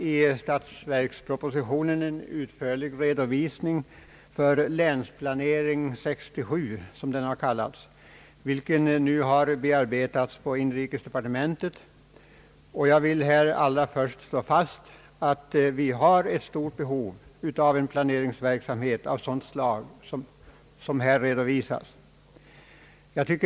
I statsverkspropositionen lämnas en utförlig redovisning för Länsplanering 67 som den har kallats, vilken nu har bearbetats inom inrikesdepartementet. Jag vill slå fast att det föreligger ett stort behov av en planeringsverksamhet av sådant slag som här redovisas.